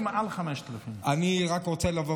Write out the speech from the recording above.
אמרו לי שמעל 5,000. אני רק רוצה לבוא